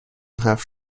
حرف